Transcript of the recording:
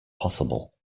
possible